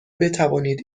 بتوانید